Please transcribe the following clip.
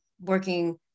working